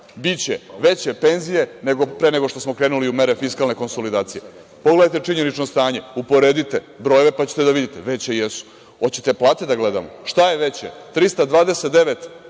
biće veće penzije nego pre nego što smo krenuli u mere fiskalne konsolidacije. Pogledajte činjenično stanje, uporedite brojeve, pa ćete da vidite, veće jesu. Hoćete plate da gledamo? Šta je veće, 329